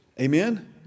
Amen